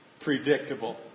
predictable